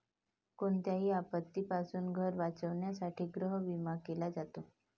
कोणत्याही आपत्तीपासून घर वाचवण्यासाठी गृहविमा केला जातो